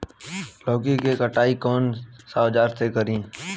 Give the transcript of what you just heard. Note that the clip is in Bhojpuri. लौकी के कटाई कौन सा औजार से करी?